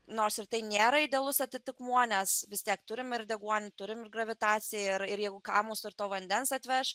nors ir tai nėra idealus atitikmuo nes vis tiek turim ir deguonį turim ir gravitacija ir ir jeigu ką ir to vandens atveš